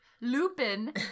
lupin